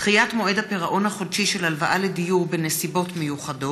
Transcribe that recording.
(דחיית מועד הפירעון החודשי של הלוואה לדיור בנסיבות מיוחדות),